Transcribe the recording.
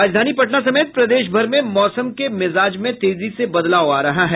राजधानी पटना समेत प्रदेश भर में मौसम के मिजाज में तेजी से बदलाव आ रहा है